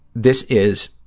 this is